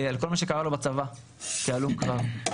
על כל מה שקרה לו בצבא כהלום קרב,